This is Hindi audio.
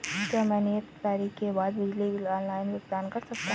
क्या मैं नियत तारीख के बाद बिजली बिल का ऑनलाइन भुगतान कर सकता हूं?